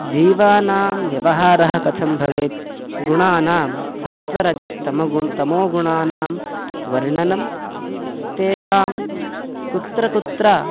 जीवानां व्यवहारः कथं भवेत् गुणानां सत्वरजस्तमोगुणं तमोगुणानां वर्णनं तेषां कुत्र कुत्र